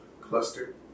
cluster